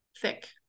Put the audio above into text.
thick